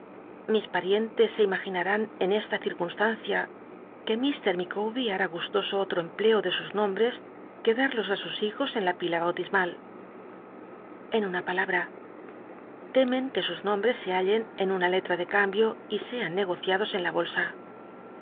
lis parientes se imaginarán en esta circunstancia que mr l icaw ber har t gustoso otro empleo de sus nombres que darlos á sus hijos en la pila bautismal en una palabra temen que sus nombres se hallen en una letra de cambio y sean negociados en la bolsa